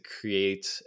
create